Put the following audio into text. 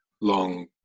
long